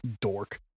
dork